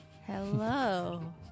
Hello